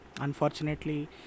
Unfortunately